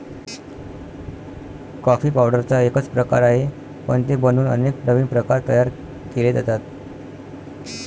coffee पावडरचा एकच प्रकार आहे, पण ते बनवून अनेक नवीन प्रकार तयार केले जातात